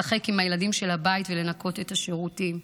לשחק עם הילדים של הבית ולנקות את השירותים.